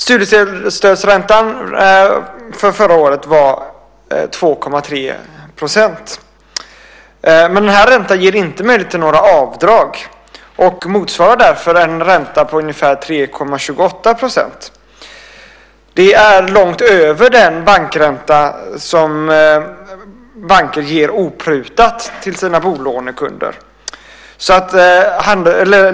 Studiestödsräntan förra året var 2,3 %. Men den här räntan ger inte möjlighet till några avdrag och motsvarar därför en ränta på ungefär 3,28 %. Det är långt över den bankränta som banker ger oprutat till sina bolånekunder.